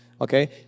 Okay